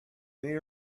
they